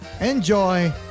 Enjoy